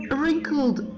wrinkled